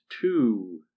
two